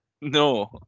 No